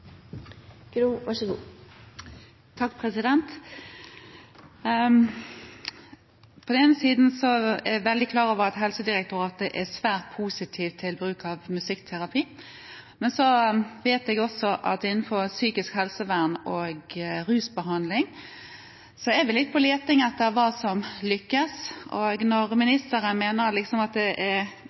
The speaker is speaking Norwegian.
jeg veldig klar over at Helsedirektoratet er svært positiv til bruk av musikkterapi, men jeg vet også at man innenfor psykisk helsevern og rusbehandling er litt på leting etter hva som lykkes. Og når ministeren mener at det er